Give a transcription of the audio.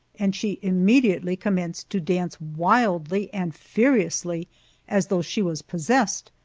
and she immediately commenced to dance wildly and furiously as though she was possessed,